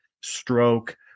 stroke